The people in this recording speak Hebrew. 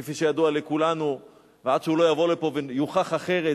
כפי שידוע לכולנו ועד שהוא לא יבוא לפה ויוכח אחרת,